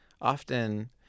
often